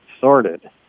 sorted